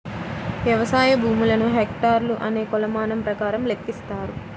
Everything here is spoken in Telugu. వ్యవసాయ భూములను హెక్టార్లు అనే కొలమానం ప్రకారం లెక్కిస్తారు